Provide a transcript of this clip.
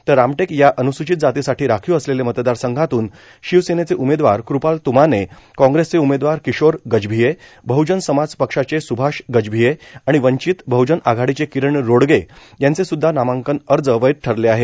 तर रामटेक या अन्स्चित जातीसाठी राखिव असलेले मतदार संघातून शिवसेनेचे उमेदवार कृपाल तुमाने कांग्रेसचे उमेदवार किशोर गजभिये बह्जन समाज पक्षाचे स्भाश गजभिये आणि वंचित बह्जन आघाडीचे किरण रोडगे यांचे सुद्धा नामांकन अर्ज वैध ठरले आहेत